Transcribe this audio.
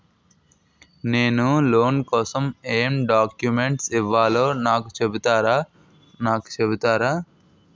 నేను లోన్ కోసం ఎం డాక్యుమెంట్స్ ఇవ్వాలో నాకు చెపుతారా నాకు చెపుతారా?